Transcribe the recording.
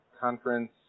conference